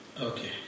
okay